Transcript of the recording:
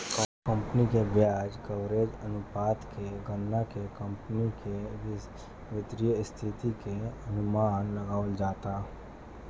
company के ब्याज coverage अनुपात के गणना के कंपनी के वित्तीय स्थिति के अनुमान लगावल जाता